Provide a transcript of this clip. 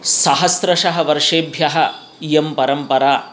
सहस्रशः वर्षेभ्यः इयं परम्परा